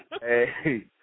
Hey